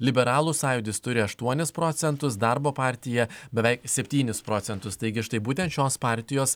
liberalų sąjūdis turi aštuonis procentus darbo partija beveik septynis procentus taigi štai būtent šios partijos